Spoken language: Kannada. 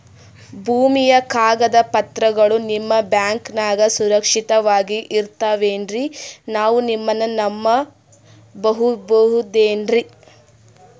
ಭೂಮಿಯ ಕಾಗದ ಪತ್ರಗಳು ನಿಮ್ಮ ಬ್ಯಾಂಕನಾಗ ಸುರಕ್ಷಿತವಾಗಿ ಇರತಾವೇನ್ರಿ ನಾವು ನಿಮ್ಮನ್ನ ನಮ್ ಬಬಹುದೇನ್ರಿ?